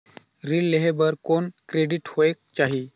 ऋण लेहे बर कौन क्रेडिट होयक चाही?